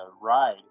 ride